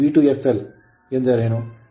ಈಗ V20 ಎಂದರೇನು V2fl